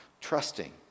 trusting